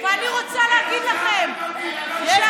ואני רוצה להגיד לכם שהחוק,